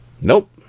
Nope